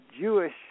Jewish